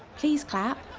please clap.